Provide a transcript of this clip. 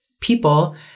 people